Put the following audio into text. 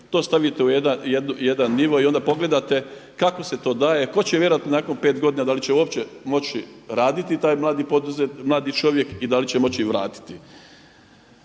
to stavite u jedan nivo i onda pogledate kako se to daje, tko će vjerojatno nakon 5 godina da li će uopće moći raditi taj mladi čovjek i da li će moći vratiti?